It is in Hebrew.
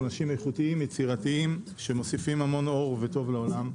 אנשים איכותיים ויצירתיים שמוסיפים המון אור וטוב לעולם.